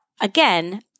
again